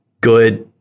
good